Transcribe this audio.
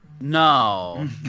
no